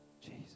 Jesus